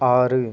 ஆறு